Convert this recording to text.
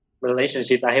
relationship